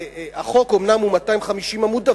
אומנם החוק הוא 250 עמוד,